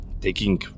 taking